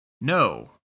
No